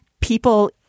people